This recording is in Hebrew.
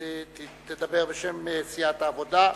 תדבר בשם סיעת העבודה,